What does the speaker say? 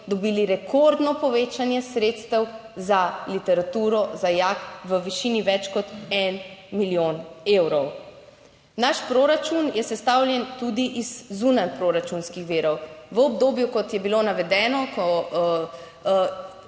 dobili rekordno povečanje sredstev za literaturo za JAK v višini več kot en milijon evrov. Naš proračun je sestavljen tudi iz zunaj proračunskih virov v obdobju kot je bilo navedeno,